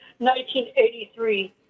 1983